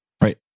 Right